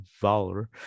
Valor